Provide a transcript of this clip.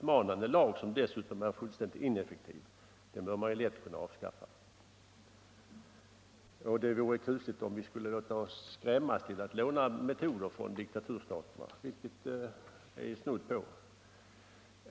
En sådan lag bör man lätt kunna avskaffa. Det vore kusligt om vi skulle låta oss skrämmas till att låna metoder från diktaturstaterna, vilket det här är snudd på.